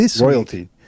Royalty